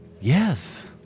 Yes